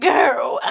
Girl